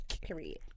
Period